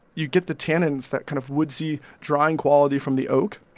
you get the tannins, that kind of woodsy drying quality from the oak.